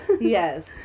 Yes